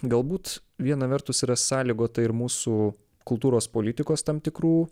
galbūt viena vertus yra sąlygota ir mūsų kultūros politikos tam tikrų